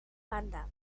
banda